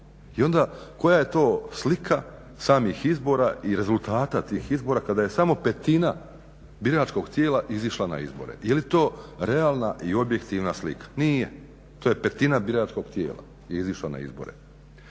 I onda koja je to slika samih izbora i rezultata tih izbora kada je samo petina biračkog tijela izišla na izbore. Je li to realna i objektivna slika? Nije. To je petina biračkog tijela je izišla na izbore.